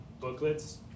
booklets